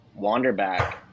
Wanderback